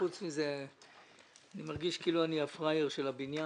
וחוץ מזה אני מרגיש כאילו אני הפראייר של הבניין,